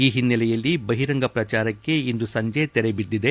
ಈ ಹಿನ್ನೆಲೆಯಲ್ಲಿ ಬಹಿರಂಗ ಪ್ರಚಾರಕ್ನೆ ಇಂದು ಸಂಜೆ ತೆರೆಬಿದ್ಲಿದೆ